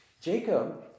Jacob